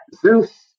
Zeus